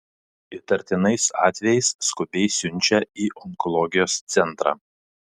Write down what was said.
įtartinais atvejais skubiai siunčia į onkologijos centrą